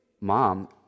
Mom